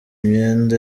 imyenda